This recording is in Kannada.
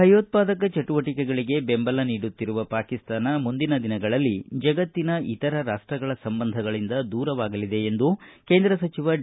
ಭಯೋತ್ಪಾದಕ ಚಟುವಟಿಕೆಗಳಿಗೆ ದೆಂಬಲ ನೀಡುತ್ತಿರುವ ಪಾಕಿಸ್ತಾನ ಮುಂದಿನ ದಿನಗಳಲ್ಲಿ ಜಗತ್ತಿನ ಇತರ ರಾಷ ಗಳ ಸಂಬಂಧಗಳಿಂದ ದೂರವಾಗಲಿದೆ ಎಂದು ಕೇಂದ್ರ ಸಚಿವ ಡಿ